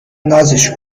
نازش